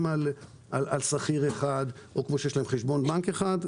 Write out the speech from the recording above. על שכיר אחד או שיש להם חשבון בנק אחד,